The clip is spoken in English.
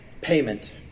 payment